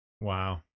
Wow